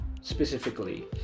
specifically